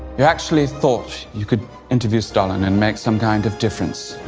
you actually thought you could interview stalin and make some kind of difference,